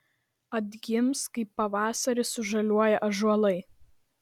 atgims kaip pavasarį sužaliuoja ąžuolai